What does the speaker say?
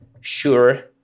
sure